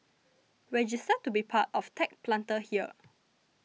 register to be part of Tech Planter here